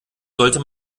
sollte